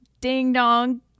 ding-dong